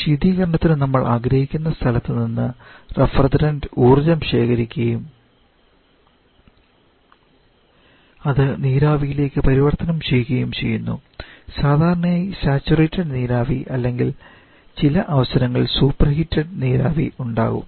ശീതീകരണത്തിന് നമ്മൾ ആഗ്രഹിക്കുന്ന സ്ഥലത്ത് നിന്ന് റെഫ്രിജറന്റ് ഊർജ്ജം ശേഖരിക്കുകയും അത് നീരാവിയിലേക്ക് പരിവർത്തനം ചെയ്യപ്പെടുകയും ചെയ്യുന്നു സാധാരണയായി സാച്ചുറേറ്റഡ് നീരാവി അല്ലെങ്കിൽ ചില അവസരങ്ങളിൽ സൂപ്പർഹീറ്റ് നീരാവിഡ് ഉണ്ടാകും